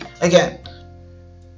Again